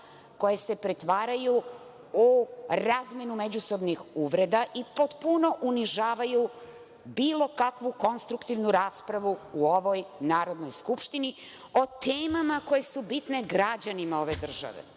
koje se pretvaraju u razmenu međusobnih uvreda i potpuno unižavaju bilo kakvu konstruktivnu raspravu u ovoj Narodnoj skupštini o temama koje su bitne građanima ove države.